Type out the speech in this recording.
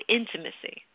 intimacy